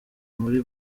muri